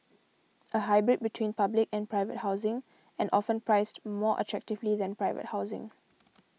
a hybrid between public and private housing and often priced more attractively than private housing